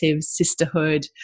sisterhood